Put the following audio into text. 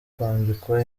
kwambikwa